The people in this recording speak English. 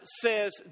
says